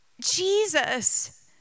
Jesus